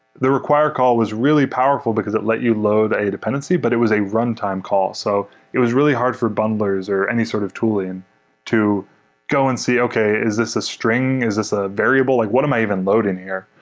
the required call was really powerful because it let you load a dependency, but it was a runtime call. so it was really hard for bundlers or any sort of tooling to go and see, okay. is this the string? is this a variable? like what am i even loading here?